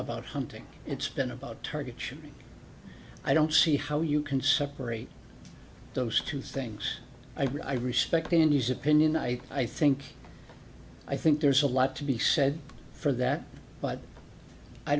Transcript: about hunting it's been about target shooting i don't see how you can separate those two things i respect him and his opinion i i think i think there's a lot to be said for that but i